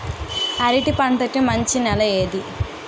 అరటి పంట కి మంచి నెల ఏది?